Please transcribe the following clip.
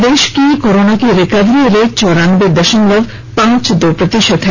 प्रदेश की कोरोना की recovery rate चौरानबे दशमलव पांच दो प्रतिशत है